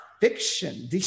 fiction